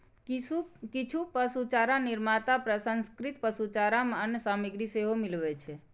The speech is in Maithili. किछु पशुचारा निर्माता प्रसंस्कृत पशुचारा मे अन्य सामग्री सेहो मिलबै छै